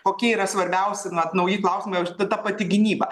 kokie yra svarbiausi na nauji klausimai ta ta pati gynyba